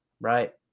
right